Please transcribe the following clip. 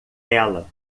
ela